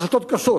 החלטות קשות,